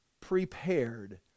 prepared